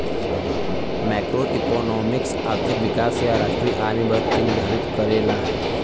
macroeconomics आर्थिक विकास या राष्ट्रीय आय में बढ़त के निर्धारित करला